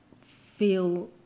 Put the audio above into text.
feel